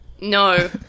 No